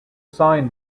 sign